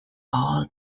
all